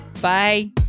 Bye